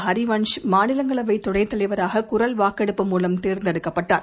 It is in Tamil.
ஹரிவன்ஷ் மாநிலங்களவை துணைத் தலைவராக குரல் வாக்கெடுப்பு மூலம் தேர்ந்தெடுக்கப்பட்டார்